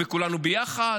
כולנו ביחד,